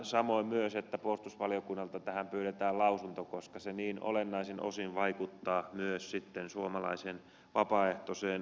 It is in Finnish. samoin myös on tärkeää että puolustusvaliokunnalta tähän pyydetään lausunto koska se niin olennaisin osin vaikuttaa myös sitten suomalaiseen vapaaehtoiseen maanpuolustukseen